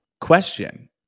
Question